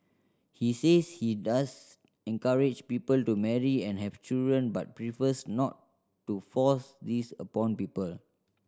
he says he does encourage people to marry and have children but prefers not to force this upon people